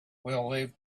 leave